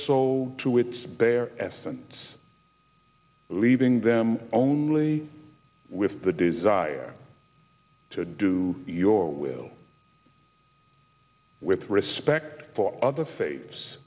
so to its bare essence leaving them only with the desire to do your will with respect for other faiths